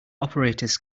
operators